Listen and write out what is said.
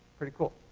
pretty cool.